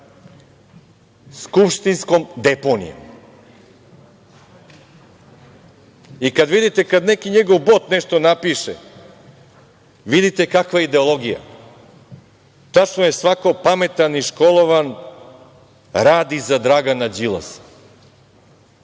skupštinskom deponijom i kada vidite kad neki njegov bot nešto napiše vidite kakva ideologija. Tačno je, svako pametan i školovan radi za Dragana Đilasa.